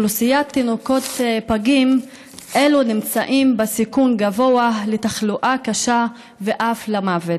תינוקות פגים אלו נמצאים בסיכון גבוה לתחלואה קשה ואף למוות,